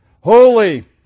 Holy